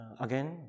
again